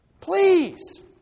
Please